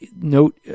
note